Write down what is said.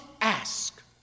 ask